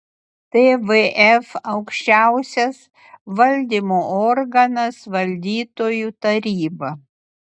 tvf aukščiausias valdymo organas valdytojų taryba